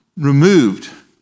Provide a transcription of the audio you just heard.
removed